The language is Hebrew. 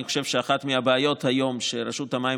אני חושב שאחת הבעיות היום היא שרשות המים,